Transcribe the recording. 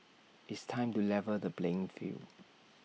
it's time to level the playing field